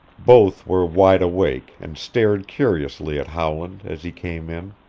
both were wide-awake and stared curiously at howland as he came in.